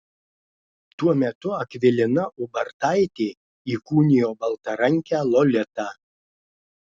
tuo metu akvilina ubartaitė įkūnijo baltarankę lolitą